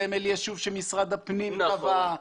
סמל ישוב שמשרד הפנים קבע.